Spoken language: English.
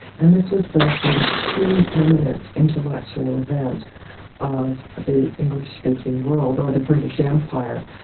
and this was the sort of pre-eminent intellectual event of the english-speaking world, or the british empire.